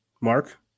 Mark